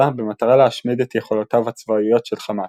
במטרה להשמיד את יכולותיו הצבאיות של חמאס,